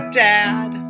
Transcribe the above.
dad